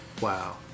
wow